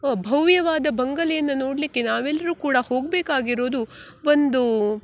ಭವ್ಯವಾದ ಬಂಗಲೆಯನ್ನು ನೋಡಲಿಕ್ಕೆ ನಾವೆಲ್ಲರೂ ಕೂಡ ಹೋಗಬೇಕಾಗಿರುದು ಒಂದು